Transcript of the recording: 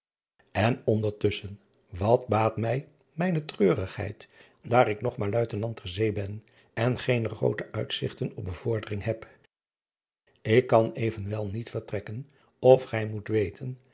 n ondertusschen wat baat mij mijne treurigheid daar ik nog maar uitenant ter zee ben en geene groote uitzigten op bevordering heb k kan evenwel niet vertrekken of gij moet weten